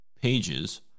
pages